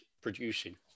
producing